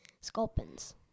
Sculpins